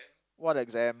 what exam